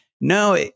no